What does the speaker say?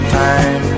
time